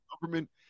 government